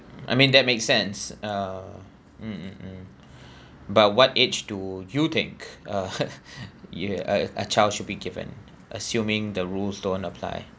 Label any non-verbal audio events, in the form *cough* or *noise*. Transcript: I mean that makes sense uh mm mm mm but what age do you think uh *laughs* ya a a child should be given assuming the rules don't apply